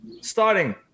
Starting